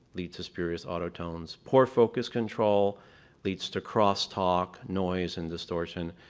lead to spurious audio tones. poor focus control leads to cross-talk, noise, and distortion.